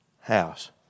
house